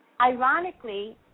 Ironically